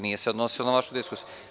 Nije se odnosilo na vašu diskusiju.